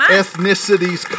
ethnicities